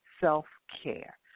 self-care